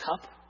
cup